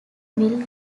mill